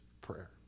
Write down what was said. prayer